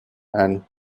and